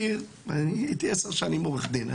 אני הייתי עשר שנים עורך דין.